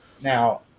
now